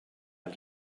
els